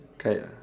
kite ah